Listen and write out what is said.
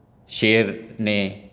ਸ਼ੇਰ ਨੇ